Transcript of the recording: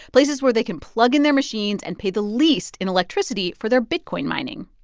places where they can plug in their machines and pay the least in electricity for their bitcoin mining